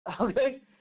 Okay